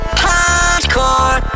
hardcore